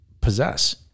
possess